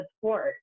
support